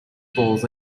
balls